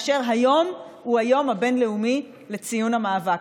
היום הוא היום הבין-לאומי לציון המאבק,